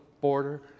border